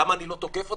למה אני לא תוקף אותם?